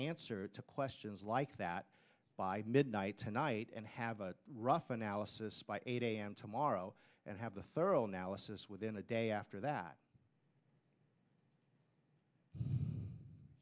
answer to questions like that by midnight tonight and have a rough analysis by eight a m tomorrow and have a thorough analysis within a day after that